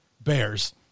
Bears